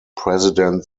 president